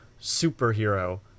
superhero